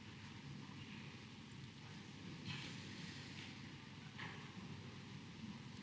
Hvala